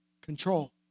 control